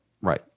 right